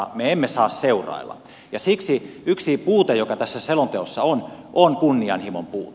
me emme saa seurailla ja siksi yksi puute joka tässä selonteossa on on kunnianhimon puute